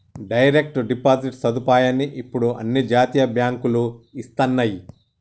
direct deposit సదుపాయాన్ని ఇప్పుడు అన్ని జాతీయ బ్యేంకులూ ఇస్తన్నయ్యి